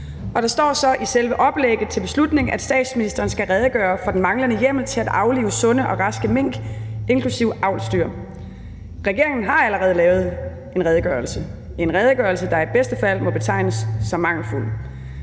Der står så i selve oplægget til beslutningsforslaget, at statsministeren skal redegøre for den manglende hjemmel til at aflive sunde og raske mink inklusive avlsdyr. Regeringen har allerede lavet en redegørelse – en redegørelse, der i bedste fald må betegnes som mangelfuld.